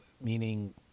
meaning